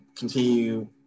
continue